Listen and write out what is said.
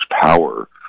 power